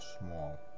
small